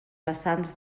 vessants